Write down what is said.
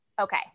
Okay